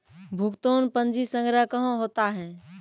भुगतान पंजी संग्रह कहां होता हैं?